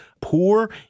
poor